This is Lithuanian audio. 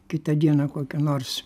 kitą dieną kokio nors